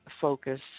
Focus